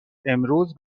امروز